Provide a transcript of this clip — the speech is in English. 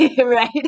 right